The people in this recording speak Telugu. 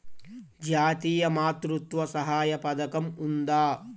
జాతీయ మాతృత్వ సహాయ పథకం ఉందా?